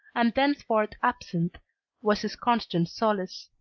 and thenceforth absinthe was his constant solace.